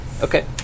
Okay